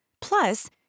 plus